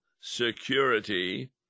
security